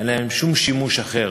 אין להם שום שימוש אחר.